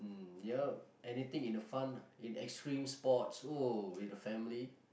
mm yup anything in the fun in extreme sports oh in the family